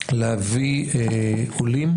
להביא עולים